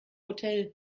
hotel